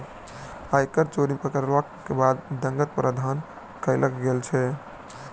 आयकर चोरी मे पकड़यलाक बाद दण्डक प्रावधान कयल गेल छै